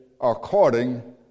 according